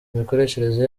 imikoreshereze